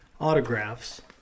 autographs